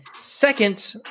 Second